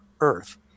Earth